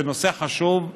זה נושא חשוב.